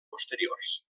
posteriors